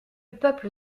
peuple